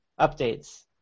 updates